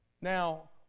Now